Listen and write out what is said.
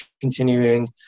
continuing